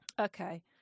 Okay